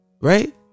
Right